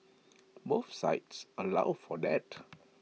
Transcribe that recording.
both sites allow for that